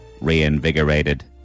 reinvigorated